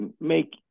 make